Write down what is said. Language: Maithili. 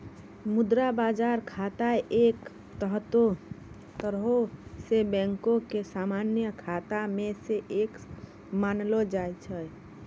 मुद्रा बजार खाता एक तरहो से बैंको के समान्य खाता मे से एक मानलो जाय छै